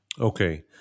Okay